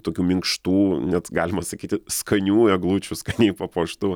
tokių minkštų net galima sakyti skanių eglučių skaniai papuoštų